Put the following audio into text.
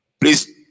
Please